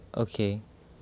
okay